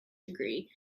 degree